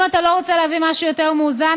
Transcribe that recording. אם אתה לא רוצה להביא משהו יותר מאוזן,